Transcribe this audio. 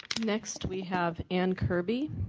next we have ann kirby